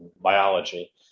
biology